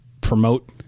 promote